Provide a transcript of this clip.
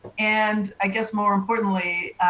and i guess more importantly,